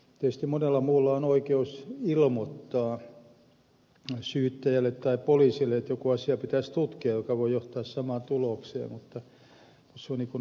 tietysti monella muulla on oikeus ilmoittaa syyttäjälle tai poliisille että joku asia pitäisi tutkia mikä voi johtaa samaan tulokseen mutta se on harvinaista